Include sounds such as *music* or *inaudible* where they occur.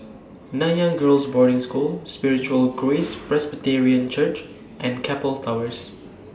Nanyang Girls' Boarding School Spiritual Grace *noise* Presbyterian Church and Keppel Towers